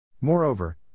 Moreover